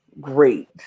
great